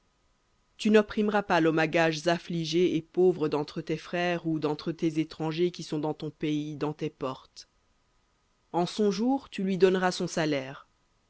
tu n'opprimeras pas l'homme à gages affligé et pauvre d'entre tes frères ou d'entre tes étrangers qui sont dans ton pays dans tes portes en son jour tu lui donneras son salaire